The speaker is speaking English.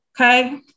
Okay